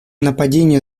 нападения